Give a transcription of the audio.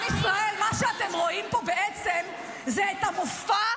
לא ייאמן שאתה עוד יושב ומקשיב.